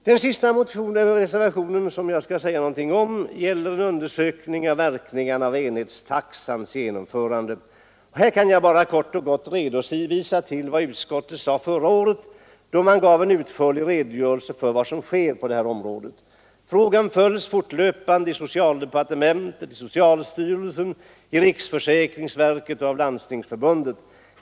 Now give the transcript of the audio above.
Den sista reservation som jag skall säga något om gäller en undersökning av verkningarna av enhetstaxans genomförande. Här kan jag bara kort och gott hänvisa till vad utskottet sade förra året, då man gav en utförlig redogörelse av vad som sker på detta område. Frågan följs fortlöpande i socialdepartementet, socialstyrelsen, riksförsäkringsverket och Landstingsförbundet.